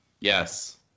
Yes